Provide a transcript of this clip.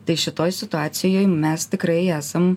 tai šitoj situacijoj mes tikrai esam